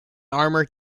armour